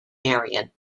marion